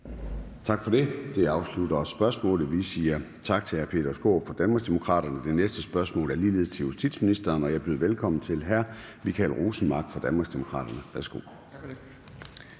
Tak for det. Det afslutter også spørgsmålet. Vi siger tak til hr. Peter Skaarup fra Danmarksdemokraterne. Det næste spørgsmål er ligeledes til justitsministeren, og jeg byder velkommen til hr. Michael Rosenmark fra Danmarksdemokraterne. Kl.